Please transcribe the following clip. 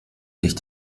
sich